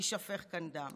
יישפך כאן דם.